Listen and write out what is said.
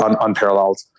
unparalleled